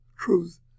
truth